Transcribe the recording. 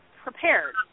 prepared